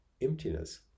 emptiness